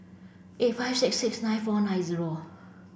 eight five six six nine four nine zero